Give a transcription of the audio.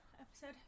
episode